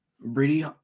Brady